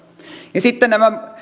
sitten nämä